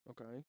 Okay